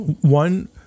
One